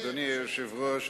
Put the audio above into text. אדוני היושב-ראש,